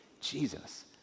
Jesus